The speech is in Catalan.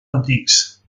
antics